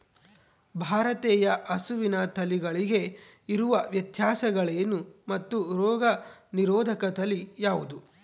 ಭಾರತೇಯ ಹಸುವಿನ ತಳಿಗಳಲ್ಲಿ ಇರುವ ವ್ಯತ್ಯಾಸಗಳೇನು ಮತ್ತು ರೋಗನಿರೋಧಕ ತಳಿ ಯಾವುದು?